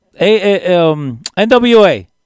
NWA